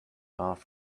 off